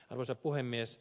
arvoisa puhemies